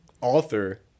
author